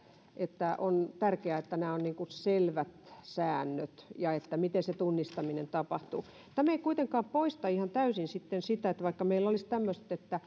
että on tärkeää että on selvät säännöt miten se tunnistaminen tapahtuu tämä ei kuitenkaan poista ihan täysin sitten sitä että meillä kuitenkin sitä vertailtavuutta ja rinnastamista pitää